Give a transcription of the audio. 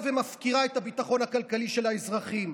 ומפקירה את הביטחון הכלכלי של האזרחים,